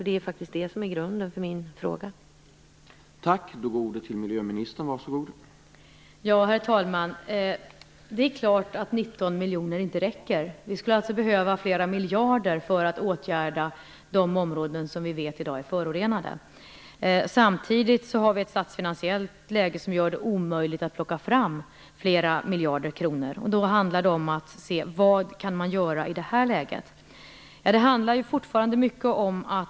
Det är det som är grunden till min fråga.